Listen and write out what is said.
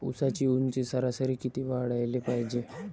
ऊसाची ऊंची सरासरी किती वाढाले पायजे?